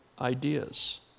ideas